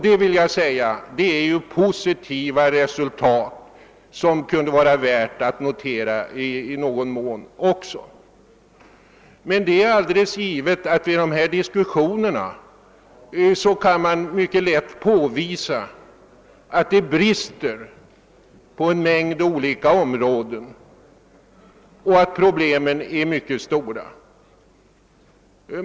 Det är ju positiva resultat som också kunde vara värda att i någon mån notera. Men det är alldeles givet att man i dessa diskussioner haft mycket lätt att påvisa att det brister på en mängd olika områden och att problemen är mycket stora.